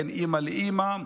בין אימא לאימא.